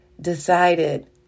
decided